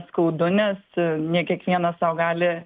skaudu nes ne kiekvienas sau gali